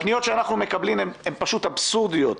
הפניות שאנחנו מקבלים הן פשוט אבסורדיות.